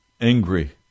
angry